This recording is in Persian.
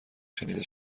شنیده